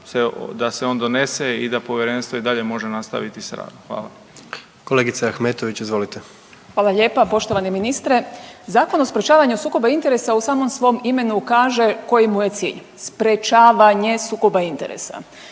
da se on donese i da povjerenstvo i dalje može nastaviti s radom. Hvala. **Jandroković, Gordan (HDZ)** Kolegice Ahmetović, izvolite. **Ahmetović, Mirela (SDP)** Hvala lijepa. Poštovani ministre, Zakon o sprječavanju sukoba interesa u samom svom imenu kaže koji mu je cilj, sprječavanje sukoba interesa.